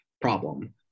problem